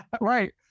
Right